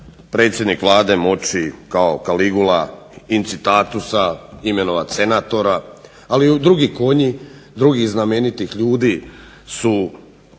predsjednik Vlade moći kao Kaligula incitatusa imenovat senatora ali od drugih konji, drugih znamenitih ljudi su